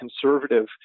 conservative